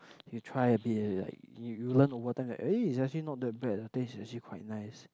you try a bit and you like you you learn over time that eh it's actually not that bad taste is actually quite nice